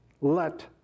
let